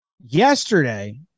Yesterday